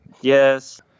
Yes